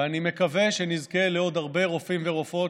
ואני מקווה שנזכה לעוד הרבה רופאים ורופאות